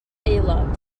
aelod